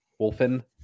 Wolfen